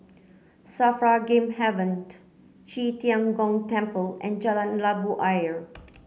SAFRA Game Haven Qi Tian Gong Temple and Jalan Labu Ayer